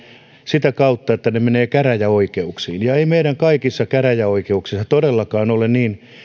sitä kautta että ne menevät käräjäoikeuksiin ja ei meidän kaikissa käräjäoikeuksissa todellakaan ole niin